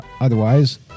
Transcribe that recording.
otherwise